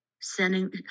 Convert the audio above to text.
Sending